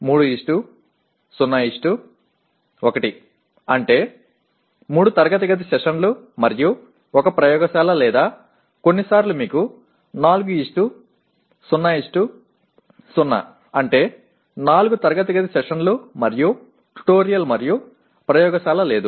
301 అంటే 3 తరగతి గది సెషన్లు మరియు 1 ప్రయోగశాల లేదా కొన్నిసార్లు మీకు 400 అంటే 4 తరగతి గది సెషన్లు మరియు ట్యుటోరియల్ మరియు ప్రయోగశాల లేదు